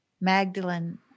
Magdalene